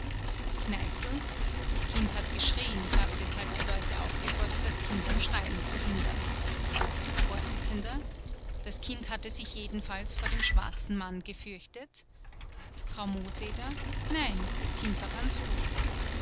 kneißl das kind hat geschrien ich habe deshalb die leute aufgefordert das kind am schreien zu hindern vors das kind hatte sich jedenfalls vor dem schwarzen mann gefürchtet frau mooseder nein das kind war ganz ruhig